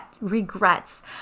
regrets